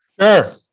Sure